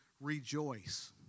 rejoice